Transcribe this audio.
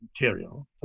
material